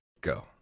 go